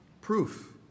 Proof